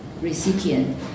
recipient